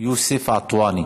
יוסף עטואני.